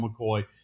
McCoy